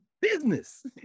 business